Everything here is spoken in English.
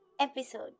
episode